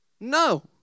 no